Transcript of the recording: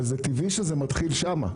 אבל זה טבעי שזה מתחיל שם,